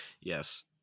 Yes